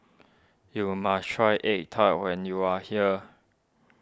you must try Egg Tart when you are here